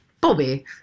bobby